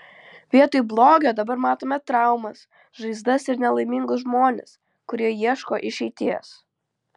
vietoj blogio dabar matome traumas žaizdas ir nelaimingus žmones kurie ieško išeities